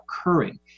occurring